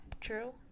true